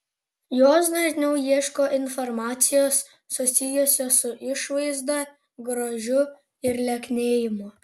jos dažniau ieško informacijos susijusios su išvaizda grožiu ir lieknėjimu